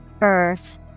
Earth